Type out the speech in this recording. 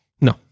No